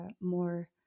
more